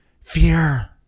fear